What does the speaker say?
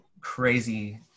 crazy